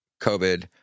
COVID